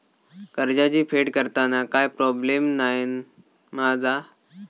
कर्जाची फेड करताना काय प्रोब्लेम नाय मा जा?